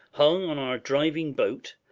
hung on our driving boat,